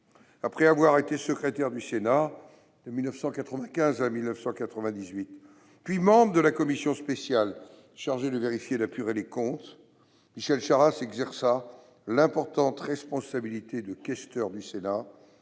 Après avoir été secrétaire du Sénat de 1995 à 1998, puis membre de la commission spéciale chargée de vérifier et d'apurer les comptes, Michel Charasse exerça, de 2001 à 2004, l'importante responsabilité de questeur du Sénat